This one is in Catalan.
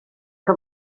que